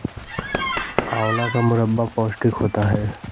आंवला का मुरब्बा पौष्टिक होता है